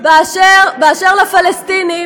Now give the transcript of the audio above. באשר לפלסטינים,